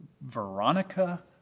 Veronica